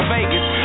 Vegas